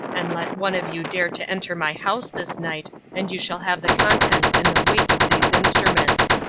and let one of you dare to enter my house this night and you shall have the contents and the weight of these instruments.